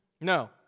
No